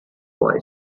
boy